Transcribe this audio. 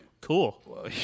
Cool